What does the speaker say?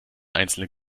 einzelne